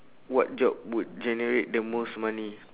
what job would generate the most money